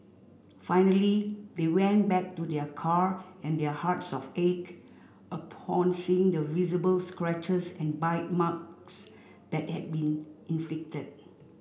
finally they went back to their car and their hearts of ached upon seeing the visible scratches and bite marks that had been inflicted